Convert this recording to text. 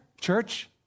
church